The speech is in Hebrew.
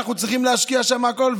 אנחנו צריכים להשקיע שם הכול,